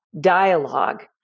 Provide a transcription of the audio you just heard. dialogue